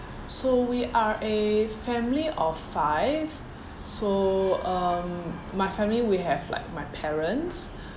so we are a family of five so um my family we have like my parents